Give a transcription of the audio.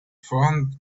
front